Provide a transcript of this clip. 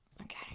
Okay